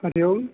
Hari Om